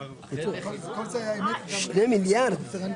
לפני שנה וחצי אבל התשלומים לספקים